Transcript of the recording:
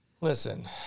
Listen